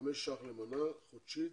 שקלים למנה, חודשית,